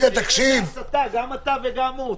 תראה את ההסתה, גם אתה וגם הוא.